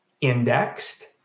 indexed